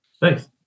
Thanks